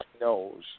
knows